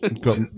got